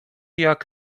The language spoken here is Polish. jak